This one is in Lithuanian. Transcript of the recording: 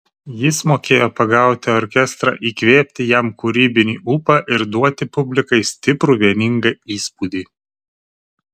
jis mokėjo pagauti orkestrą įkvėpti jam kūrybinį ūpą ir duoti publikai stiprų vieningą įspūdį